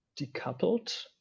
decoupled